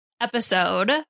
Episode